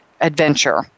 adventure